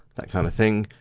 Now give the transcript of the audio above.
that kind of thing.